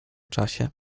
czasie